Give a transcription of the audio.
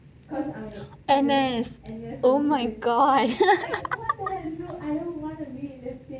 N_S nice oh my god what the hell no I don't wanna be a bit and no integrity course also